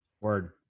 word